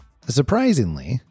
Surprisingly